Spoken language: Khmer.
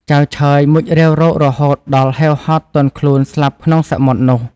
ចៅឆើយមុជរាវរករហូតដល់ហេវហត់ទន់ខ្លួនស្លាប់ក្នុងសមុទ្រនោះ ។